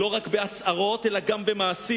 לא רק בהצהרות אלא גם במעשים.